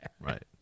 Right